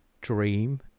dream